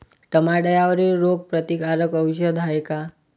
टमाट्यावरील रोग प्रतीकारक औषध हाये का?